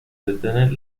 detener